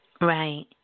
right